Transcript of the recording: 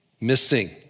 missing